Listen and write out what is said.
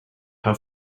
how